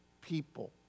people